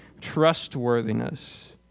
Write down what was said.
trustworthiness